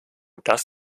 das